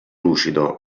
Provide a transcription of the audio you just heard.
lucido